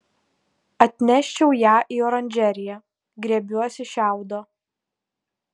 atneščiau ją į oranžeriją griebiuosi šiaudo